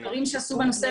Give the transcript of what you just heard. מחקרים שנעשו בנושא,